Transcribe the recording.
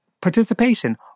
participation